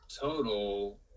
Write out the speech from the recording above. total